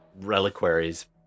reliquaries